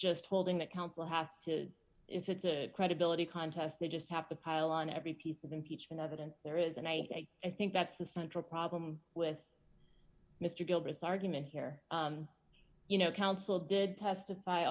just holding that council has to if it's a credibility contest they just have to pile on every piece of impeachment evidence there is and i think that's the central problem with mr gilbert's argument here you know counsel did testify